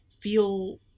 feel